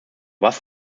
was